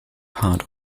part